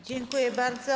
Dziękuję bardzo.